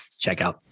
Checkout